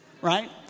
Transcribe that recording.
right